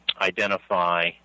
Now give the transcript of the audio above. identify